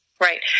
Right